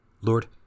Lord